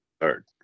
third